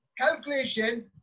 calculation